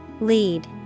Lead